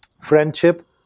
friendship